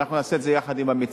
ואנחנו נעשה את זה יחד עם המציע,